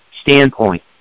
standpoint